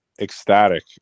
ecstatic